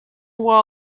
war